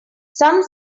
some